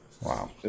Wow